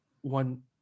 one